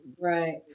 Right